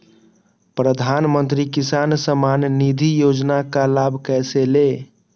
प्रधानमंत्री किसान समान निधि योजना का लाभ कैसे ले?